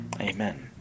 Amen